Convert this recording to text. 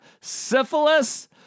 syphilis